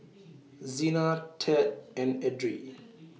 Zina Tad and Edrie